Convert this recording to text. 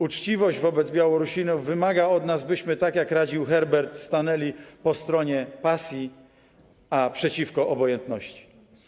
Uczciwość wobec Białorusinów wymaga od nas, byśmy, tak jak radził Herbert, stanęli po stronie pasji, a przeciwko obojętności.